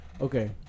okay